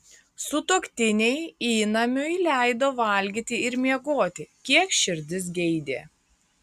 sutuoktiniai įnamiui leido valgyti ir miegoti kiek širdis geidė